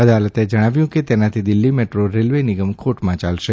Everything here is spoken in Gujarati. અદાલતે જણાવ્યું છે કે તેનાથી દિલ્હી મેટ્રો રેલવે નિગમ ખોટમાં યાલશે